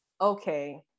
okay